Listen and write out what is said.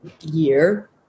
year